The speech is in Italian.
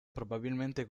probabilmente